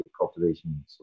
Cultivation